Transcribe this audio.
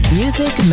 music